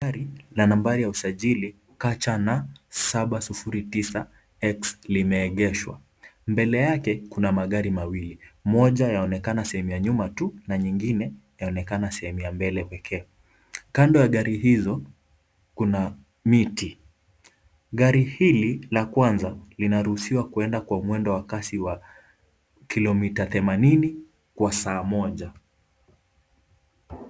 Gari la nambari ya usajili KCN 709X limeegeshwa. Mbele yake kuna magari mawili, moja yaonekana sehemu ya mbele tu na nyingine yaonekana sehemu ya mbele pekee. Kando ya gari hizo kuna miti. Gari hili la kwanza linaruhusiwa kuenda kwa mwendo wa kasi wa kilomita themanini kwa saa moja.